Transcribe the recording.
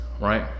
right